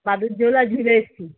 বাদুর ঝোলা ঝুলে এসছি